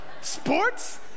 sports